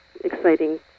exciting